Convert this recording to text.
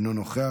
אינו נוכח,